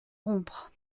rompre